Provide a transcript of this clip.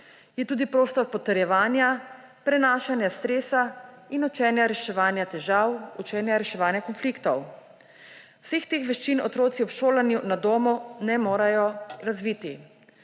Je tudi prostor potrjevanja, prenašanje stresa in učenja reševanja težav, učenja reševanja konfliktov. Vseh teh veščin otroci ob šolanju na domu ne morejo razviti.